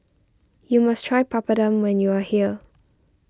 you must try Papadum when you are here